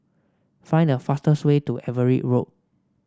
find the fastest way to Everitt Road